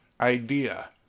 idea